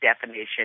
definition